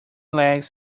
legs